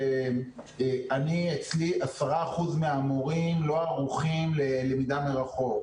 אצלי 10% מהמורים לא ערוכים ללמידה מרחוק,